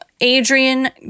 Adrian